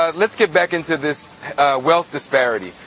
ah let's get back into this wealth disparity.